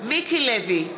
מיקי לוי,